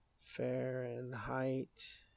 Fahrenheit